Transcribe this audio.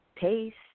taste